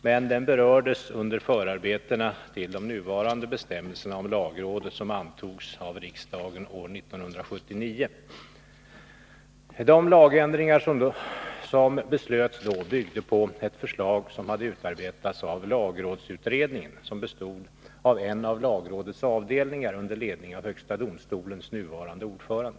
Den berördes emellertid under förarbetena till de nuvarande bestämmelserna om lagrådet som antogs av riksdagen år 1979. De lagändringar som beslöts då byggde på ett förslag som hade utarbetats av lagrådsutredningen, som bestod av en av lagrådets avdelningar under ledning av högsta domstolens nuvarande ordförande.